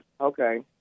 okay